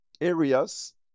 areas